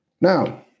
Now